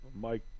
Mike